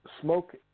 smoke